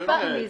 בטיפול ובמימון.